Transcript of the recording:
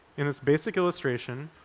in this basic illustration,